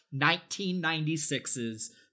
1996's